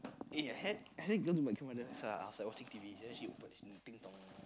eh I had I had girls who came I was like watching T_V then she approach me ding dong